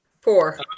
Four